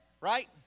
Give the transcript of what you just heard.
Right